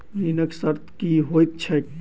ऋणक शर्त की होइत छैक?